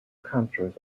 countries